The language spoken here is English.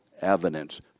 evidence